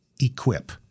equip